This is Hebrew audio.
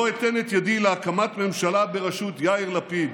"בשום תנאי אני לא אתן את ידי להקמת ממשלה בראשות יאיר לפיד,